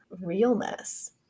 realness